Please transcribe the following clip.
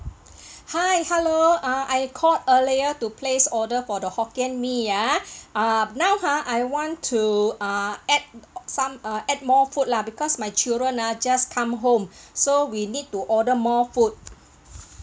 hi hello ah I called earlier to place order for the hokkien mee ah uh now ha I want to uh add some uh add more food lah because my children ah just come home so we need to order more food